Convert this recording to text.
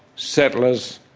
settlers,